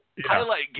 highlight